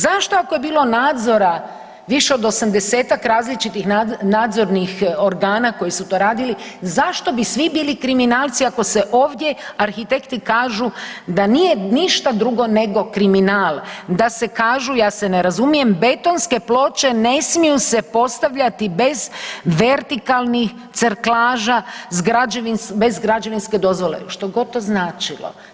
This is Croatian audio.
Zašto ako je bilo nadzora više od 80-ak različitih nadzornih organa koji su to radili, zašto bi svi bili kriminalci ako se ovdje arhitekti kažu da nije ništa drugo nego kriminal, da se kažu ja se ne razumijem, betonske ploče ne smiju se postavljati bez vertikalnih serklaža bez građevinske dozvole, što god to značilo.